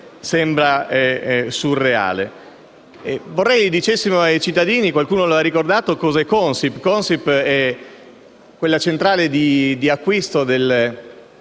sembra surreale. Vorrei che dicessimo ai cittadini - qualcuno lo ha ricordato - cosa è Consip. Consip è quella centrale di acquisto della